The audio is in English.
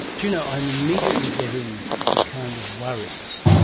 you know, i'm immediately getting the kind of worries.